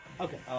Okay